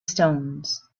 stones